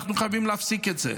אנחנו חייבים להפסיק את זה.